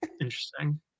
interesting